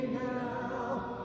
now